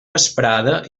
vesprada